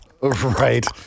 Right